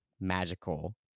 magical